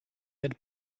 had